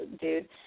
dude